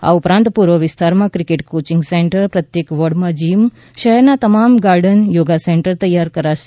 આ ઉપરાંત પૂર્વ વિસ્તારમાં કિકેટ કોચીંગ સેન્ટર પ્રત્યેક વોર્ડમાં જીમ શહેરના તમામ ગાર્ડન યોગ સેન્ટર તૈયાર કરાશે